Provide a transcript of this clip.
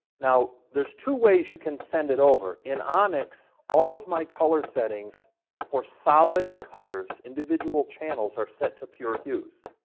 now, there's two ways you can send it over. in onyx, all of my color settings for solid colors, individual channels, are set to pure hues.